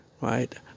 right